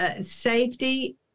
Safety